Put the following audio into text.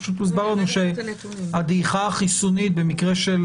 פשוט הוסבר לנו שהדעיכה החיסונית במקרה של